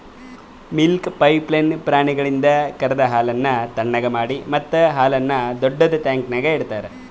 milk pipeline ಪ್ರಾಣಿಗಳಿಂದ ಕರೆದ ಹಾಲನ್ನು ಥಣ್ಣಗ್ ಮಾಡಿ ಮತ್ತ ಹಾಲನ್ನು ದೊಡ್ಡುದ ಟ್ಯಾಂಕ್ನ್ಯಾಗ್ ಇಡ್ತಾರ